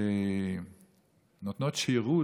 שנותנות שירות,